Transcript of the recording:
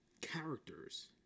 characters